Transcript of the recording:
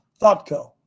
ThoughtCo